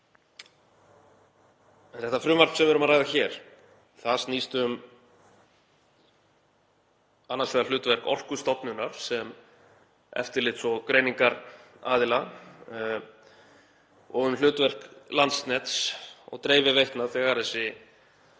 Þetta frumvarp sem við erum að ræða hér snýst um annars vegar hlutverk Orkustofnunar sem eftirlits- og greiningaraðila og um hlutverk Landsnets og dreifiveitna þegar þessar